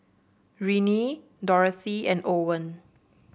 Renee Dorthy and Owen